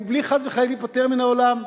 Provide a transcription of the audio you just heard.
מבלי חס וחלילה להיפטר מן העולם.